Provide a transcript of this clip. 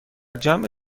جمع